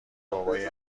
بابای